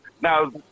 Now